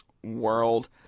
world